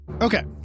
Okay